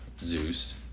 Zeus